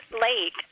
late